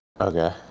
Okay